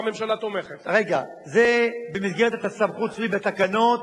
האם אתה בעד להרחיב את התקנות,